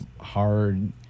hard